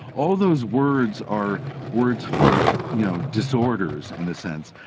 all those words are words for you know disorders, in a sense.